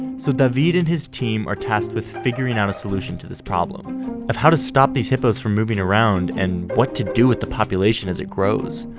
so david and his team are tasked with figuring out a solution to this problem of how to stop these hippos from moving around and what to do with the population as it grows.